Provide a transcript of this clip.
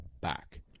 back